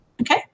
Okay